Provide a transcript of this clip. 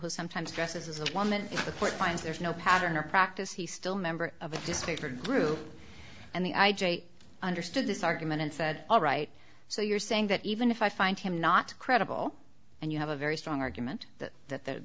who sometimes dresses as a woman the court finds there's no pattern or practice he still member of a disparate group and the i understood this argument and said all right so you're saying that even if i find him not credible and you have a very strong argument that